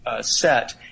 set